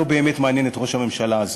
לא באמת מעניין את ראש הממשלה הזה: